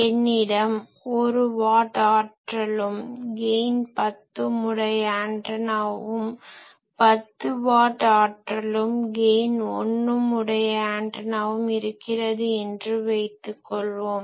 என்னிடம் 1 வாட் ஆற்றலும் கெய்ன் 10 உம் உடைய ஆன்டனாவும் 10 வாட் ஆற்றலும் கெய்ன் 1 உம் உடைய ஆன்டனாவும் இருக்கிறது என்று வைத்துக்கொள்வோம்